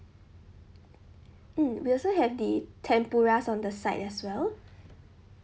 mm we also have the tempura on the side as well